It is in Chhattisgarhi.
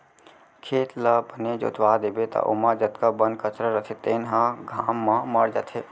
खेत ल बने जोतवा देबे त ओमा जतका बन कचरा रथे तेन ह घाम म मर जाथे